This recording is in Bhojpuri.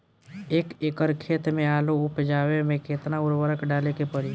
एक एकड़ खेत मे आलू उपजावे मे केतना उर्वरक डाले के पड़ी?